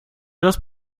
das